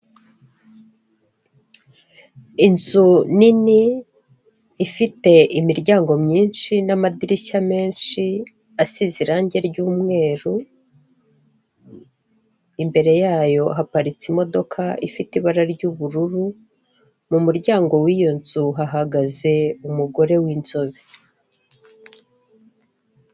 Inzu nini ifite imiryango myinshi n'amadirishya menshi asize irange ry'umweru, imbere yayo haparitse imodoka ifite ibara ry'ubururu, mu muryango w'iyo nzu hahagaze umugore w'inzobe.